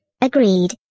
Agreed